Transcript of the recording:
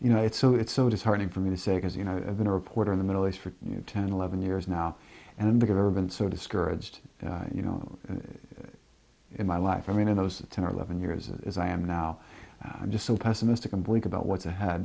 you know it's so it's so disheartening for me to say because you know i've been a reporter in the middle east for you ten eleven years now and we have ever been so discouraged you know in my life i mean in those ten or eleven years as i am now i'm just so pessimistic and weak about what's